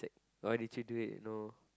why did you do it you know